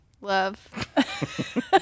love